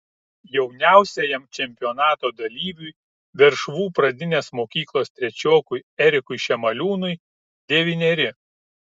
jauniausiajam čempionato dalyviui veršvų pradinės mokyklos trečiokui erikui šemaliūnui devyneri